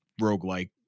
roguelike